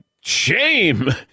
shame